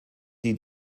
die